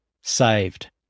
saved